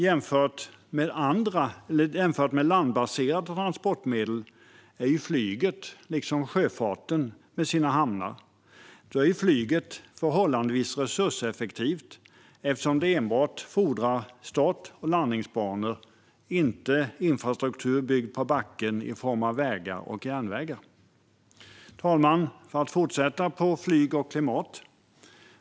Jämfört med landbaserade transportmedel är ju flyget, liksom sjöfarten med sina hamnar, förhållandevis resurseffektivt eftersom det enbart fordrar start och landningsbanor, inte infrastruktur byggd på backen i form av vägar och järnvägar. Fru talman! Jag fortsätter med flyg och klimat.